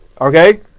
Okay